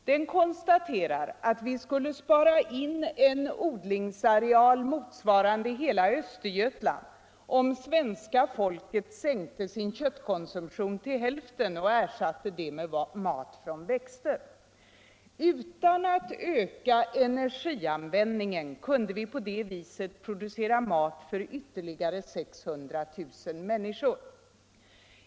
Den konstaterar, att vi skulle spara in en odlingsareal motsvarande hela Östergötland om svenska folket sänkte sin köttkonsumtion till hälften och ersatte den med mat från växter. Utan att öka energianvändningen kunde vi på det viset producera mat för ytterligare 600 000 människor.